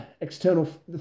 external